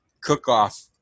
cook-off